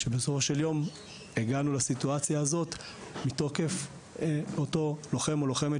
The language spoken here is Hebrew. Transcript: שבסופו של יום הגענו לסיטואציה הזאת מתוקף אותו לוחם או לוחמת